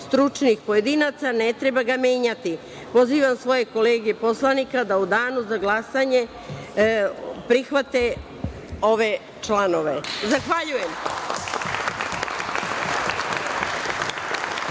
stručnih pojedinca, ne treba ga menjati. Pozivam svoje kolege poslanike da u danu za glasanje prihvate ove članove. Zahvaljujem.